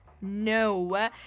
No